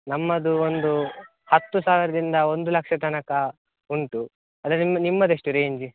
ನಮ್ಮದು ಒಂದು ಹತ್ತು ಸಾವಿರದಿಂದ ಒಂದು ಲಕ್ಷ ತನಕ ಉಂಟು ಆದರೆ ನಿಮ್ಮ ನಿಮ್ಮದೆಷ್ಟು ರೇಂಜ್